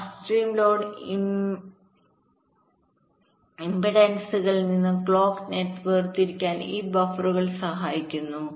upstream load ഇംപെഡൻസുകളിൽനിന്ന് clock net വേർതിരിക്കാൻ ഈ ബഫറുകൾ സഹായിക്കുന്നു